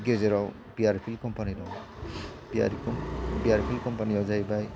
गेजेराव B R P company दं B R P कम्पानिआ जाहैबाय